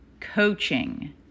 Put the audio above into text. Coaching